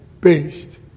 based